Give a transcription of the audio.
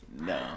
No